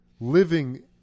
living